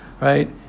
Right